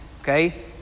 Okay